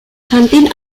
kantin